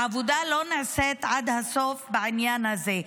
והעבודה לא נעשית עד הסוף בעניין הזה.